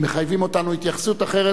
מחייבים אותנו להתייחסות אחרת.